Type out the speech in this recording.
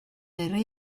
yrru